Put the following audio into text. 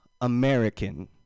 American